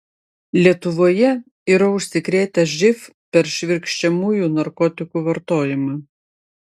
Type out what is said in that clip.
lietuvoje yra užsikrėtę živ per švirkščiamųjų narkotikų vartojimą